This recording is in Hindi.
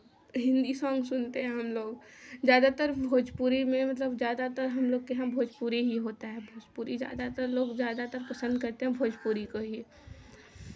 हिन्दी सॉन्ग सुनते हम लोग ज़्यादातर भोजपुरी में मतलब ज़्यादातर हम लोग के यहाँ भोजपुरी ही होता है भोजपुरी ज़्यादातर लोग ज़्यादातर पसंद करते हैं भोजपुरी को ही